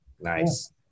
Nice